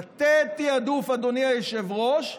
לתת תיעדוף, אדוני היושב-ראש,